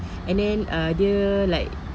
and then uh dia like